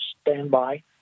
standby